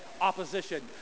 opposition